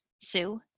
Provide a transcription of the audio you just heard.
Sue